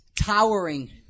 towering